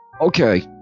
Okay